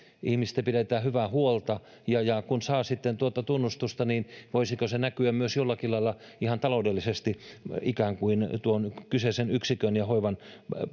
ihmisistä pidetään hyvää huolta ja ja kun saa sitten tuota tunnustusta niin voisiko se näkyä myös jollakin lailla ihan taloudellisesti ikään kuin tuon kyseisen yksikön ja hoivan